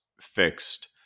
fixed